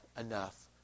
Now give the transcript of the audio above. enough